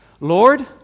Lord